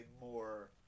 more